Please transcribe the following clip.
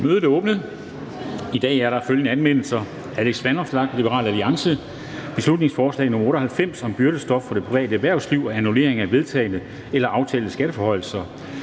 Mødet er åbnet. I dag er der følgende anmeldelser: